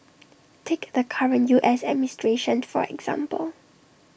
take the current U S administration for example